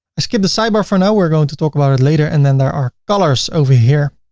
i skip the sidebar for now. we are going to talk about it later. and then there are colors over here.